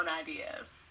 ideas